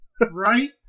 Right